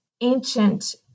ancient